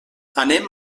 anem